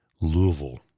Louisville